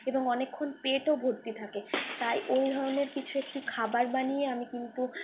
এবং অনেকক্ষণ পেটও ভর্তি থাকে তাই ওই ধরণের কিছু খাবার বানিয়ে আমি কিন্তু